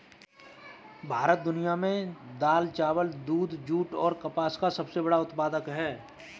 भारत दुनिया में दाल, चावल, दूध, जूट और कपास का सबसे बड़ा उत्पादक है